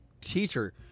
teacher